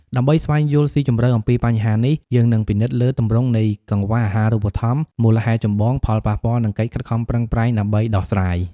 ដើម្បីស្វែងយល់ស៊ីជម្រៅអំពីបញ្ហានេះ យើងនឹងពិនិត្យលើទម្រង់នៃកង្វះអាហារូបត្ថម្ភ មូលហេតុចម្បង ផលប៉ះពាល់ និងកិច្ចខិតខំប្រឹងប្រែងដើម្បីដោះស្រាយ។